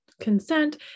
consent